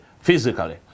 physically